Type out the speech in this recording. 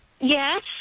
yes